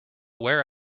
wear